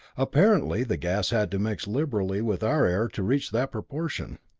apparently the gas had to mix liberally with our air to reach that proportion.